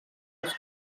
els